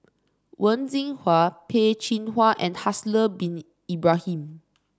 Wen Jinhua Peh Chin Hua and Haslir Bin Ibrahim